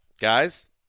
guys